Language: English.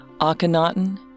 Akhenaten